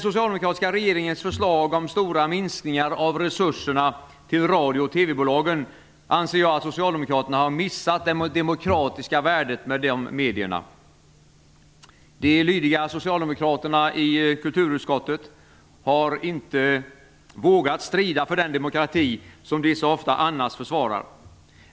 bolagen anser jag att man har missat dessa mediers demokratiska värde. De lydiga socialdemokraterna i kulturutskottet har inte vågat strida för den demokrati som de så ofta annars försvarar.